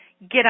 get